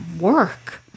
work